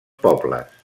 pobles